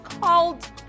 called